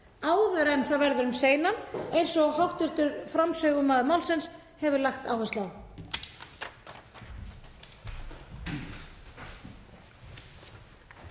áður en það verður um seinan, eins og hv. framsögumaður málsins hefur lagt áherslu